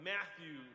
Matthew